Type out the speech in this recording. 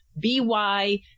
B-Y